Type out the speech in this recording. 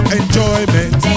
enjoyment